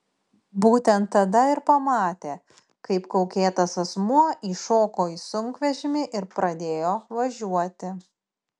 būtent tada ir pamatė kaip kaukėtas asmuo įšoko į sunkvežimį ir pradėjo važiuoti